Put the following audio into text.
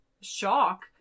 Shock